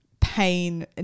pain